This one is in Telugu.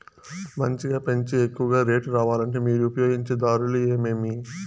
మంచిగా పెంచే ఎక్కువగా రేటు రావాలంటే మీరు ఉపయోగించే దారులు ఎమిమీ?